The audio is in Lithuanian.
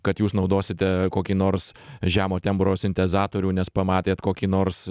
kad jūs naudosite kokį nors žemo tembro sintezatorių nes pamatėt kokį nors